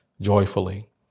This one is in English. joyfully